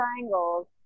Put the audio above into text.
triangles